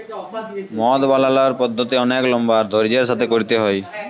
মদ বালালর পদ্ধতি অলেক লম্বা আর ধইর্যের সাথে ক্যইরতে হ্যয়